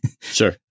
Sure